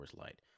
Light